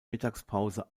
mittagspause